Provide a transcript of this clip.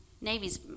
Navy's